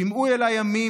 "שמעו אליי עמי.